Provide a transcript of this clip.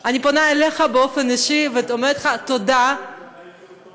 אני קובעת כי הצעת חוק